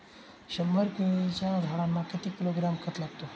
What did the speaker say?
शंभर केळीच्या झाडांना किती किलोग्रॅम खत लागेल?